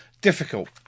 Difficult